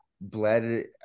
bled